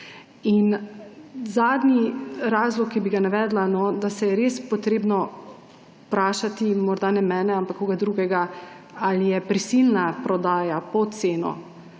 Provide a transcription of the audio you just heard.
Zadnji razlog, ki bi ga navedla, da je res treba vprašati, morda ne mene, ampak koga drugega, ali je prisilna prodaja pod oceno,